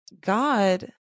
God